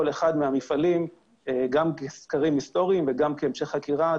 אחד מהמפעלים גם כסקרים היסטוריים וגם כהמשך חקירה,